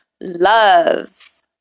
Love